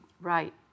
Right